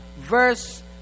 verse